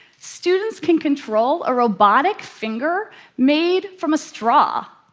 students can control a robotic finger made from a straw.